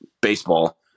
baseball